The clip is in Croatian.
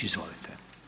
Izvolite.